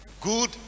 good